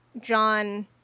John